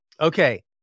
Okay